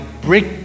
brick